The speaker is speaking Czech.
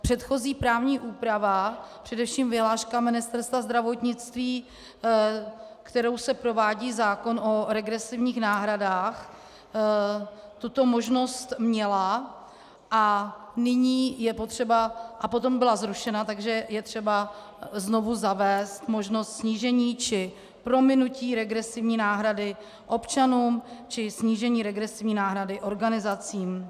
Předchozí právní úprava, především vyhláška Ministerstva zdravotnictví, kterou se provádí zákon o regresivních náhradách, tuto možnost měla a potom byla zrušena, takže je třeba znovu zavést možnost snížení či prominutí regresivní náhrady občanům či snížení regresivní náhrady organizacím.